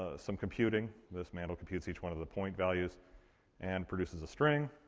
ah some computing. this mandel computes each one of the point values and produces a string.